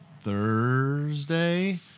Thursday